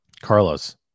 Carlos